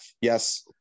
Yes